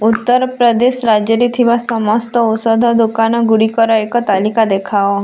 ଉତ୍ତରପ୍ରଦେଶ ରାଜ୍ୟରେ ଥିବା ସମସ୍ତ ଔଷଧ ଦୋକାନଗୁଡ଼ିକର ଏକ ତାଲିକା ଦେଖାଅ